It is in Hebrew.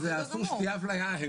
אז אסור שתהיה אפליה.